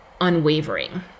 unwavering